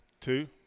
Two